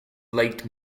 late